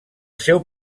seu